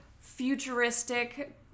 futuristic